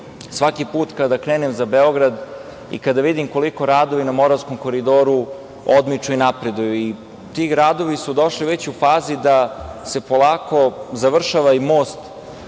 svaki put kada krenem za Beograd i kada vidim koliko radovi na Moravskom koridoru odmiču i napreduju. Ti radovi su došli već u fazu da se polako završava i most